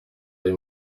aya